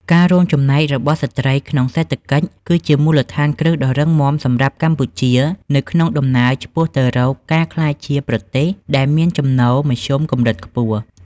ការរួមចំណែករបស់ស្ត្រីក្នុងសេដ្ឋកិច្ច គឺជាមូលដ្ឋានគ្រឹះដ៏រឹងមាំសម្រាប់កម្ពុជានៅក្នុងដំណើរឆ្ពោះទៅរកការក្លាយជាប្រទេសដែលមានចំណូលមធ្យមកម្រិតខ្ពស់។